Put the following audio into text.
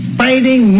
fighting